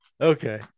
Okay